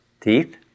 teeth